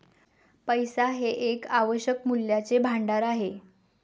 पैसा हे एक आवश्यक मूल्याचे भांडार आहे